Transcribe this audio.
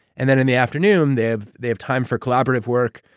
and then, in the afternoon, they have they have time for collaborative work,